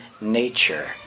nature